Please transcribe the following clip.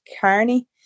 Carney